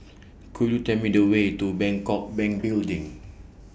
Could YOU Tell Me The Way to Bangkok Bank Building